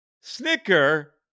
Snicker